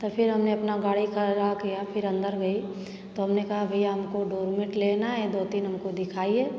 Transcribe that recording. तो फिर हमने अपना गाड़ी खड़ा किया फिर अंदर गई तो हमने कहा भईया हमको डोरमेट लेना है दो तीन हमको दिखाइए